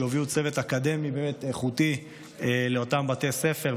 שיובילו צוות אקדמי איכותי לאותם בתי ספר,